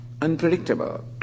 Unpredictable